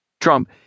Trump